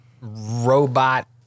Robot